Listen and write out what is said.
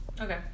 Okay